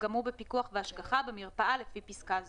גם הוא בפיקוח והשגחה במרפאה לפי פסקה זו,